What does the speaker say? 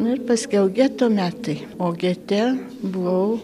nu ir paskiau geto metai o gete buvau